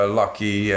lucky